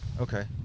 Okay